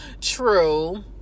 true